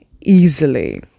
easily